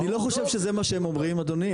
אני לא חושב שזה מה שהם אומרים אדוני,